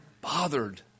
bothered